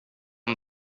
han